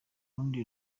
rundi